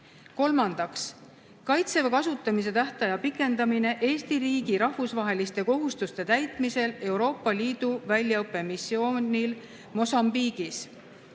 Kolmandaks, "Kaitseväe kasutamise tähtaja pikendamine Eesti riigi rahvusvaheliste kohustuste täitmisel Euroopa Liidu väljaõppemissioonil Mosambiigis".